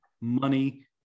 money